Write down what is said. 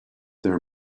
their